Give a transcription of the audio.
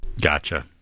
gotcha